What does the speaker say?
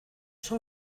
son